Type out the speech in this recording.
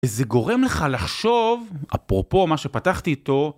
וזה גורם לך לחשוב, אפרופו מה שפתחתי איתו,